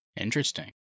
Interesting